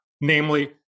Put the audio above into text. namely